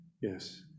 Yes